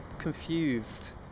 confused